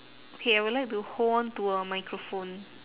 okay I will like to hold on to a microphone